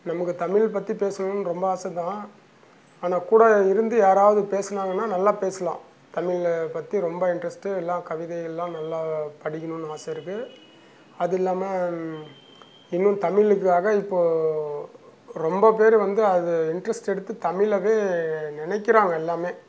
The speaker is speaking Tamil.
நமக்கு தமிழ் பற்றி பேசணுன்னு ரொம்ப ஆசை தான் ஆனால் கூட இருந்து யாராவது பேசினாங்கன்னா நல்லா பேசலாம் தமிழை பற்றி ரொம்ப இன்ட்ரெஸ்ட்டு எல்லா கவிதை எல்லா நல்லா படிக்கணுன்னு ஆசை இருக்குது அது இல்லாமல் இன்னும் தமிழுக்காக இப்போது ரொம்ப பேர் வந்து அது இன்ட்ரெஸ்ட் எடுத்து தமிழவே நினைக்கிறாங்க எல்லாமே